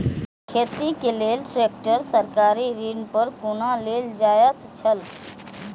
खेती के लेल ट्रेक्टर सरकारी ऋण पर कोना लेल जायत छल?